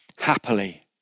happily